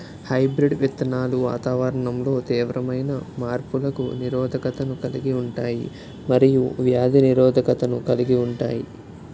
hybrid విత్తనాలు వాతావరణంలో తీవ్రమైన మార్పులకు నిరోధకతను కలిగి ఉంటాయి మరియు వ్యాధి నిరోధకతను కలిగి ఉంటాయి